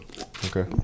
Okay